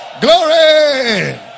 glory